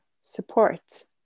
support